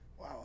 wow